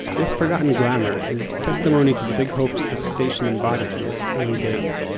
this forgotten glamour is testimony to the big hopes this station embodied in its early days.